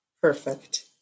Perfect